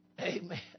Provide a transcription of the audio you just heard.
Amen